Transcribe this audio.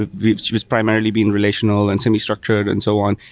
ah which is primarily been relational and semi-structured and so on.